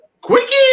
Quickie